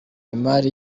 imari